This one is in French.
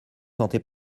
sentez